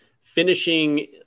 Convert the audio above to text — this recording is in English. finishing